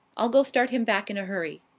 i'll go start him back in a hurry.